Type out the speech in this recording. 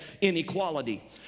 inequality